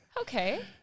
Okay